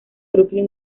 brooklyn